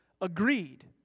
agreed